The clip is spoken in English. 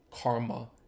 karma